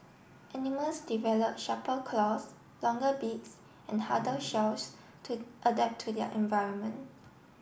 animals develop sharper claws longer beaks and harder shells to adapt to their environment